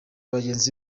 bagenzi